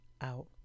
out